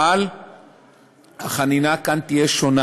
אבל החנינה כאן תהיה שונה,